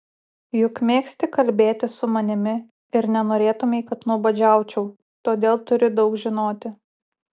juk mėgsti kalbėti su manimi ir nenorėtumei kad nuobodžiaučiau todėl turi daug žinoti